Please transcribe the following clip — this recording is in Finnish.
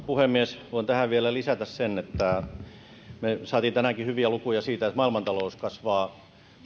puhemies voin tähän vielä lisätä sen että me saimme tänäänkin hyviä lukuja siitä että maailmantalous kasvaa